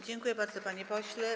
Dziękuję bardzo, panie pośle.